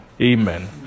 Amen